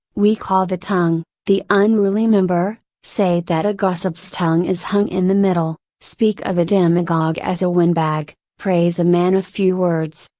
we call the tongue, the unruly member, say that a gossip's tongue is hung in the middle, speak of a demagogue as a windbag, praise a man of few words,